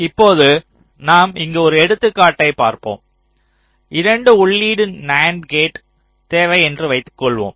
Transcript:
இப்போது நாம் இங்கு ஒரு எடுத்துக்காட்டை பார்ப்போம் 2 உள்ளீட்டு நண்ட் கேட் தேவை என்று வைத்துக்கொள்வோம்